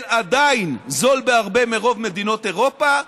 עדיין זול בהרבה מברוב מדינות אירופה,